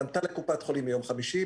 פנתה לקופת חולים ביום חמישי,